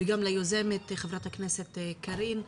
וגם ליוזמת, חברת הכנסת קארין אלהרר.